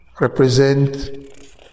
represent